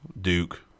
Duke